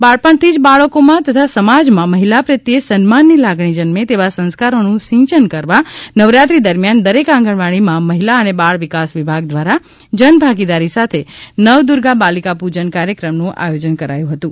બાળપણથી જ બાળકોમાં તથા સમાજમાં મહિલા પ્રત્યે સન્માનની લાગણી જન્મે તેવા સંસ્કારોનું સિંચન કરવા નવરાત્રી દરમ્યાન દરેક આંગણવાડીમાં મહિલા અને બાળ વિકાસ વિભાગ દ્વારા જનભાગીદારી સાથે નવદુર્ગા બાલીકા પુજન કાર્યકમનું આયોજન કરાયું હતું